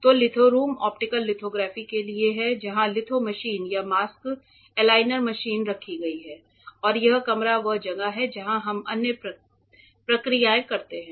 तो litho room optical lithography के लिए है जहां लिथो मशीन या मास्क एलाइनर मशीन रखी गई है और यह कमरा वह जगह है जहां हम अन्य प्रक्रियाएं करते हैं